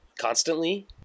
constantly